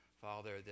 father